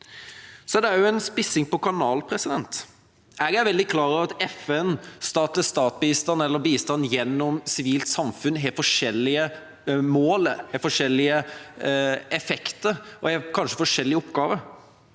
det også en spissing vedrørende kanal. Jeg er veldig klar over at FNs stat-til-stat-bistand og bistand gjennom Sivilt samfunn har forskjellige mål, forskjellige effekter og kanskje forskjellige oppgaver.